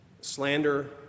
slander